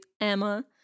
Emma